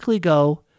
go